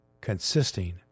consisting